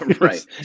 Right